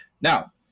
Now